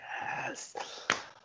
Yes